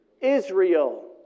Israel